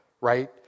right